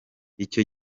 icyo